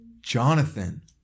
Jonathan